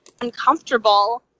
uncomfortable